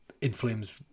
Inflames